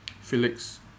Felix